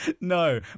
No